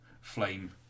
flame